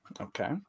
Okay